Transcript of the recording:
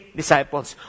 disciples